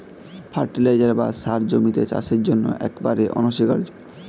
fertiliser বা সার জমির চাষের জন্য একেবারে অনস্বীকার্য